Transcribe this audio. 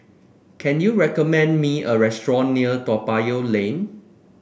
can you recommend me a restaurant near Toa Payoh Lane